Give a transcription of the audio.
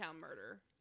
murder